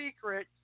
Secret